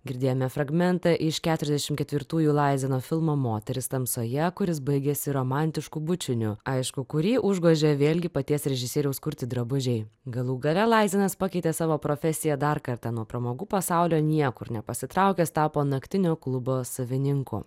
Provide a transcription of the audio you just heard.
girdėjome fragmentą iš keturiasdešim ketvirtųjų laizino filmo moteris tamsoje kuris baigėsi romantišku bučiniu aišku kurį užgožė vėlgi paties režisieriaus kurti drabužiai galų gale laizinas pakeitė savo profesiją dar kartą nuo pramogų pasaulio niekur nepasitraukęs tapo naktinio klubo savininku